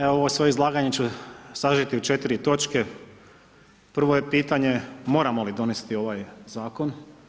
Evo ovo svoje izlaganje ću sažeti u 4 točke, prvo je pitanje moramo li donijeti ovaj zakon.